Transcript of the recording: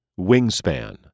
Wingspan